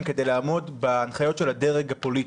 כדי לעמוד בהנחיות של הדרג הפוליטי.